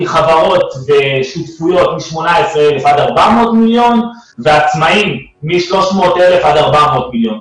מחברות ושותפויות מ-18 עד 400 מיליון ועצמאים מ-300,000 עד 400 מיליון.